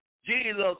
Jesus